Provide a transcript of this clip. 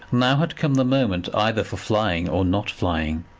now had come the moment either for flying, or not flying